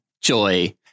joy